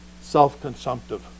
self-consumptive